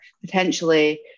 potentially